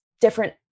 different